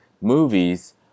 movies